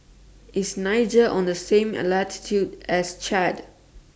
IS Niger on The same latitude as Chad